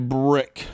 brick